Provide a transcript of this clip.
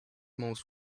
most